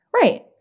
Right